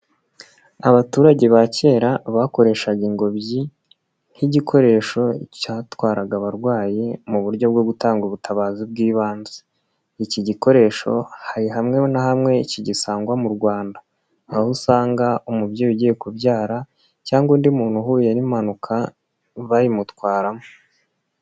Abaturage ba kera bakoreshaga ingobyi nk'igikoresho cyatwaraga abarwayi mu buryo bwo gutanga ubutabazi bw'ibanze. Iki gikoresho hari hamwe na hamwe kigisangwa mu Rwanda, hari aho usanga umubyeyi ugiye kubyara cyangwa undi muntu uhuye n'impanuka, bayimutwaramo.